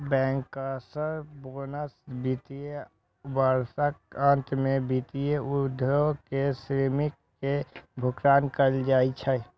bankers bonus वित्त वर्षक अंत मे वित्तीय उद्योग के श्रमिक कें भुगतान कैल जाइ छै